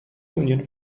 union